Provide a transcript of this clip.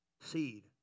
seed